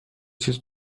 چیز